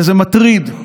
וזה מטריד.